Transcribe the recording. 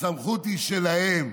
הסמכות היא שלהם,